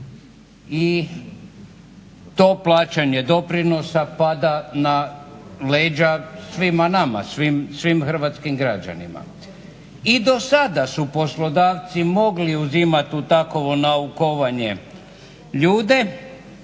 i to plaćanje doprinosa pada na leđa svima nama, svim hrvatskim građanima. I do sada su poslodavci mogli uzimati u takovo naukovanje ljude,